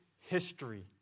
history